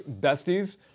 Besties